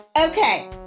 Okay